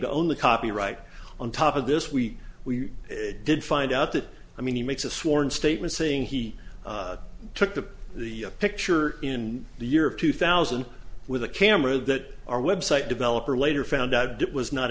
to own the copyright on top of this we we did find out that i mean he makes a sworn statement saying he took to the picture in the year two thousand with a camera that our website developer later found out it was not